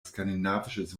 skandinavisches